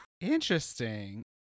Interesting